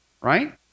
right